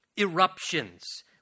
Eruptions